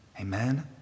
Amen